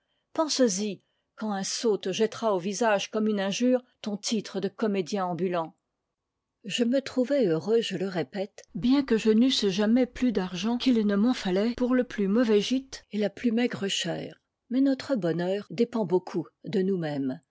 penses-y quand un sot te jettera au visage comme une injure ton titre de comédien ambulant je me trouvais heureux je le répète bien que je n'eusse jamais plus d'argent qu'il ne m'en fallait pour le plus mauvais gîte et la plus maigre chère mais notre bonheur dépend beaucoup de nousmêmes